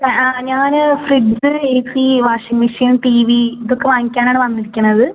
ആ ഞാൻ fridge A C washing machine T V ഇതൊക്കെ വാങ്ങിക്കാൻ ആണ് വന്നിരിക്കണത്